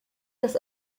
dass